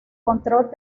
control